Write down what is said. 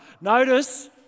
Notice